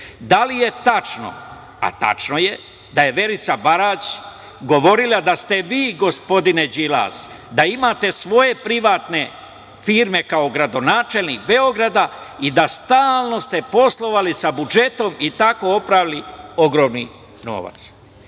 Da li je tačno, a tačno je, da je Verica Barać govorila da ste vi, gospodine Đilas, da imate svoje privatne firme kao gradonačelnik Beograda i da ste stalno poslovali sa budžetom i tako oprali ogromni